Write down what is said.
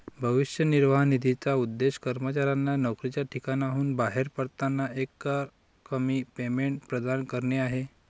भविष्य निर्वाह निधीचा उद्देश कर्मचाऱ्यांना नोकरीच्या ठिकाणाहून बाहेर पडताना एकरकमी पेमेंट प्रदान करणे आहे